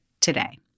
today